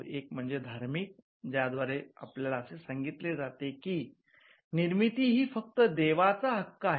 एक म्हणजे धार्मिक ज्या द्वारे आपल्याला असे सांगितले जाते की निर्मिती ही फक्त देवाचा हक्क आहे